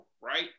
right